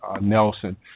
Nelson